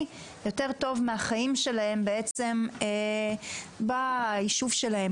הם יותר טובים מהחיים שלהם ביישוב שלהם,